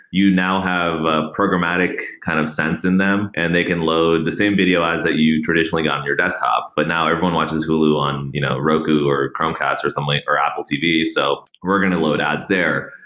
you now have ah programmatic kind of sense in them and they can load the same video ads that you traditionally got in your desktop, but now everyone watches hulu on you know roku or chromecast or something like or apple tv. so we're going to load ads there.